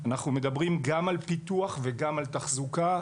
אנחנו מדברים גם על פיתוח וגם על תחזוקה.